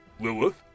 Lilith